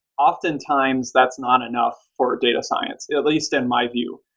often times, that's not enough for data science, at least in my view,